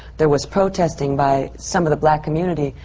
there was protesting by some of the black community,